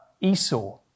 Esau